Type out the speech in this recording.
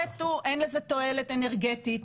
אין לזה תועלת אנרגטית,